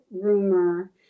rumor